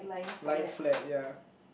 lying flat ya